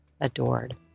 adored